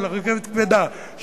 של רכבת כבדה,